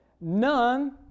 none